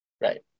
Right